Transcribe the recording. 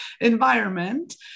environment